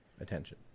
attention